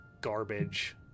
garbage